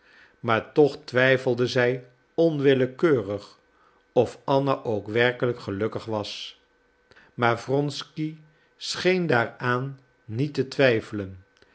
maar toch twijfelde zij onwillekeurig of anna ook werkelijk gelukkig was maar wronsky scheen daaraan niet te twijfelen